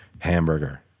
hamburger